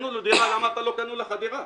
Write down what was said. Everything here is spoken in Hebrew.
למה לא קנו לך דירה?"